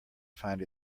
find